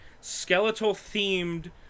skeletal-themed